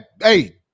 Hey